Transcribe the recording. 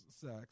sex